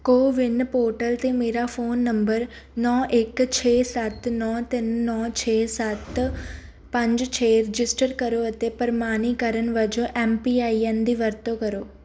CoWIN portal 'ਤੇ ਮੇਰਾ phone number ਨੌਂ ਇੱਕ ਛੇ ਸੱਤ ਨੌਂ ਤਿੰਨ ਨੌਂ ਛੇ ਸੱਤ ਪੰਜ ਛੇ ਰਜਿਸਟਰ ਕਰੋ ਅਤੇ ਪ੍ਰਮਾਣੀਕਰਨ ਵਜੋਂ ਐਮ ਪੀ ਆਈ ਐੱਨ ਦੀ ਵਰਤੋਂ ਕਰੋ